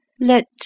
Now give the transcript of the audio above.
Let